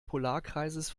polarkreises